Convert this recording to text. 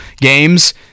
games